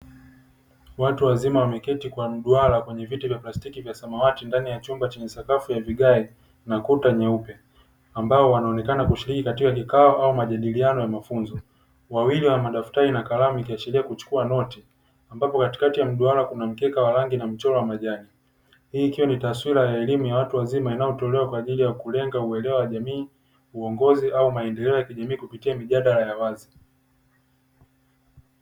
Watu wazima wameketi kwa duara kwenye viti vya plastiki vya samawati ndani ya chumba chenye sakafu ya vigae na kuta nyeupe ambao wanaonekana kushiriki katika kikao au majadiliano ya mafunzo. Wawili wana madaftari na kalamu ikiashiria kuchukuwa noti ambapo katikati ya dura kuna mkeka wa rangi na mchoro wa majani, hii ikiwa ni taswira ya elimu ya watu wazima inayotolewa kwa ajili ya kulenga uwelewa wa jamii, uongozi au maendeleo ya jamii kupitia mijadala ya wazi.